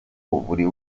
buri